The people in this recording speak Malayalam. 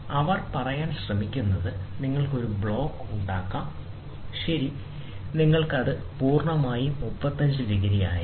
അവർ പറയാൻ ശ്രമിക്കുന്നത് നിങ്ങൾക്ക് ഒരു ബ്ലോക്ക് ഉണ്ടാക്കാം ശരി എന്നിട്ട് നിങ്ങൾക്ക് അങ്ങനെ ആകാം ഇത് പൂർണമായി ഇപ്പോൾ 35 ഡിഗ്രി ആയിരിക്കും